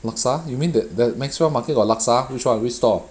laksa you mean th~ the maxwell market got laksa which one which store